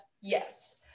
Yes